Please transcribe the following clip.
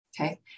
okay